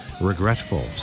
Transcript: regretful